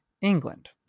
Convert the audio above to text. England